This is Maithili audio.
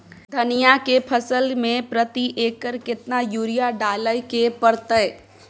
धनिया के फसल मे प्रति एकर केतना यूरिया डालय के परतय?